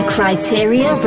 Criteria